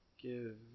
Give